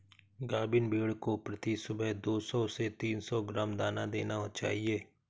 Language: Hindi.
गाभिन भेड़ को प्रति सुबह दो सौ से तीन सौ ग्राम दाना देना चाहिए